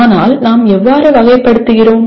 ஆனால் நாம் எவ்வாறு வகைப்படுத்துகிறோம்